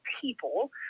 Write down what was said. people